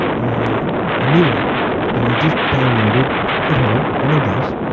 ah a new one that i just downloaded at home, on my desk.